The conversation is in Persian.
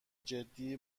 جدی